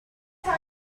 very